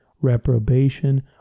reprobation